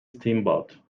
steamboat